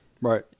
Right